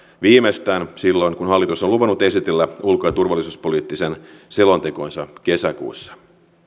viimeistään silloin kun hallitus on luvannut esitellä ulko ja turvallisuuspoliittisen selontekonsa kesäkuussa